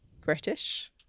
British